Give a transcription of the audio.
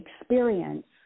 experience